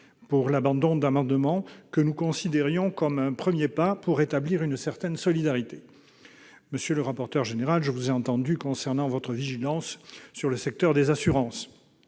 à l'abandon d'amendements que nous considérions comme un premier pas pour rétablir une certaine solidarité. Monsieur le rapporteur général, j'ai pris acte de votre vigilance concernant le secteur des assurances.